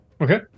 okay